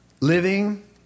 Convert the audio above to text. Living